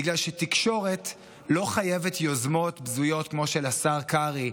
בגלל שתקשורת לא חייבת יוזמות בזויות כמו של השר קרעי,